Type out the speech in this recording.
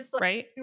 right